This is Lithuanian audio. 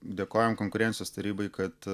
dėkojame konkurencijos tarybai kad